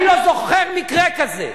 אני לא זוכר מקרה כזה,